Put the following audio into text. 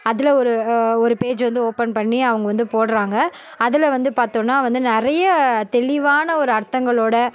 அதில் ஒரு ஒரு பேஜ் வந்து ஓப்பன் பண்ணி அவங்க வந்து போடுறாங்க அதில் வந்து பார்த்தோன்னா வந்து நிறைய தெளிவான ஒரு அர்த்தங்களோடு